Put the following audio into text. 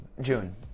June